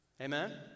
Amen